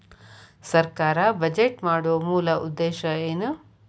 ಸರ್ಕಾರ್ ಬಜೆಟ್ ಮಾಡೊ ಮೂಲ ಉದ್ದೇಶ್ ಏನು?